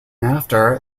after